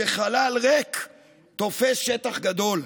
שחלל ריק תופס שטח גדול".